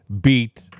beat